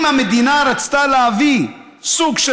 אם המדינה רצתה להביא סוג של